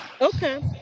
Okay